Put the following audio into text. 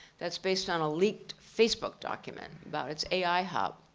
that's based on a leaked facebook document about it's ai hub.